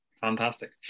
Fantastic